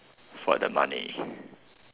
for the money